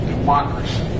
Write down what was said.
Democracy